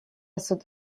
sud